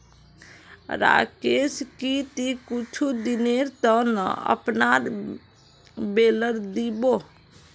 राकेश की ती कुछू दिनेर त न अपनार बेलर दी बो